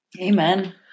Amen